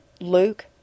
Luke